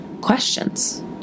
questions